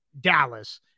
Dallas